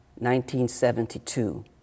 1972